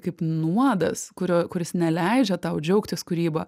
kaip nuodas kurio kuris neleidžia tau džiaugtis kūryba